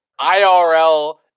IRL